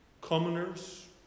commoners